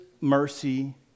mercy